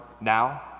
Now